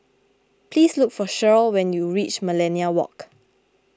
please look for Shirl when you reach Millenia Walk